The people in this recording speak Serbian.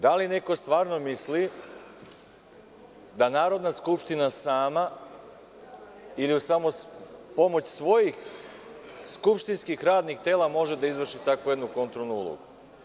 Da li neko stvarno misli da Narodna skupština sama, ili samo uz pomoć svojih skupštinskih radnih tela može da izvrši takvu jednu kontrolnu ulogu?